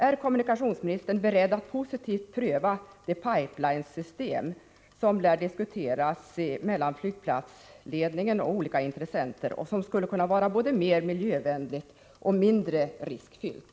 Är kommunikationsministern beredd att medverka till att man positivt prövar det pipelinesystem som lär diskuteras mellan flygplatsledningen och olika intressenter och som skulle kunna vara både miljövänligare och mindre riskfyllt?